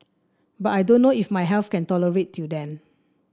but I don't know if my health can tolerate till then